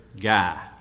Guy